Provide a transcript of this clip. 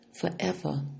forever